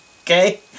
Okay